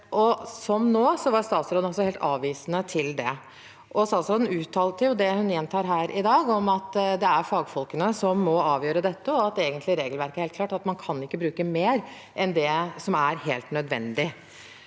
statsråden altså helt avvisende til det. Statsråden uttalte det hun gjentar her i dag om at det er fagfolkene som må avgjøre dette, og at regelverket egentlig er helt klart på at man ikke kan bruke mer enn det som er helt nødvendig.